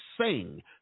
sing